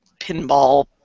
pinball